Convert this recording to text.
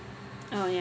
uh ya